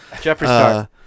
Jefferson